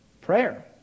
Prayer